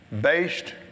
based